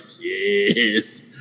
yes